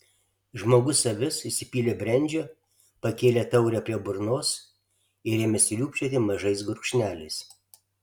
žmogus avis įsipylė brendžio pakėlė taurę prie burnos ir ėmė sriūbčioti mažais gurkšneliais